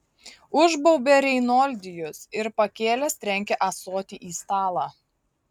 užbaubė reinoldijus ir pakėlęs trenkė ąsotį į stalą